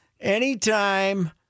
anytime